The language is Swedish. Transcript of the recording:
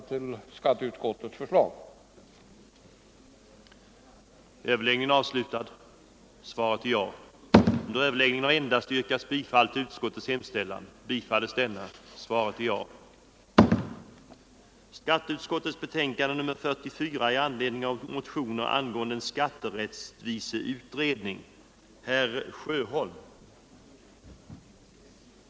skatterättviseutredning Utskottets hemställan bifölls.